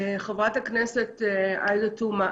חברת הכנסת עאידה תומא,